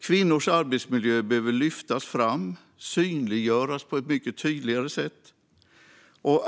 Kvinnors arbetsmiljö behöver lyftas fram och synliggöras på ett mycket tydligare sätt.